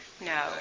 No